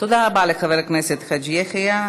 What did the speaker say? תודה רבה לחבר הכנסת חאג' יחיא.